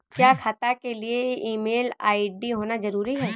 क्या खाता के लिए ईमेल आई.डी होना जरूरी है?